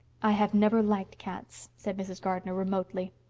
i have never liked cats, said mrs. gardner remotely.